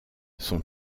son